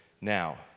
now